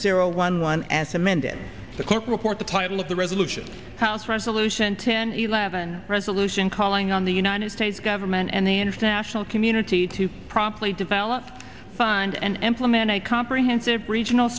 zero one one as amended the court report the title of the resolution house resolution ten eleven resolution calling on the united states government and the international community to properly develop find an employment a comprehensive regional